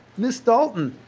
ms. dalton.